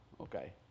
Okay